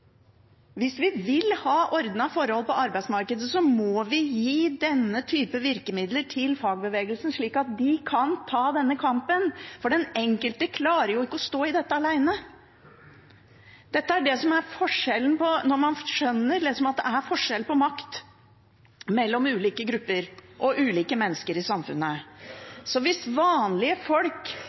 Hvis vi vil ha ordnede forhold på arbeidsmarkedet, må vi gi denne typen virkemidler til fagbevegelsen, slik at de kan ta denne kampen, for den enkelte klarer jo ikke å stå i dette alene. Det er forskjell på makt mellom ulike grupper og ulike mennesker i samfunnet. Hvis vanlige folk